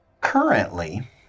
currently